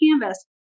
canvas